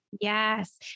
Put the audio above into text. Yes